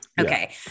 Okay